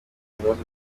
bibazo